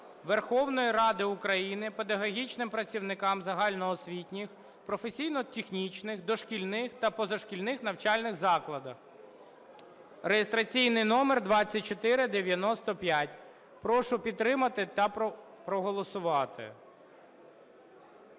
Верховної Ради України педагогічним працівникам загальноосвітніх, професійно-технічних, дошкільних та позашкільних навчальних закладів (реєстраційний номер 2495). Прошу підтримати та проголосувати.